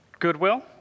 Goodwill